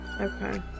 okay